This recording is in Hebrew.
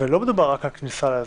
לא מדובר רק על כניסה לאזור,